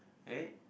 right